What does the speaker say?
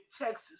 Texas